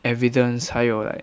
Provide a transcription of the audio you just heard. evidence 还有 like